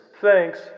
Thanks